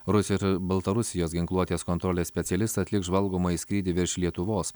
rusių ir baltarusijos ginkluotės kontrolės specialistai atliks žvalgomąjį skrydį virš lietuvos